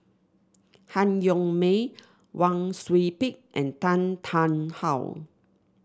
Han Yong May Wang Sui Pick and Tan Tarn How